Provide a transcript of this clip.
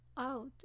out